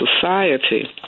society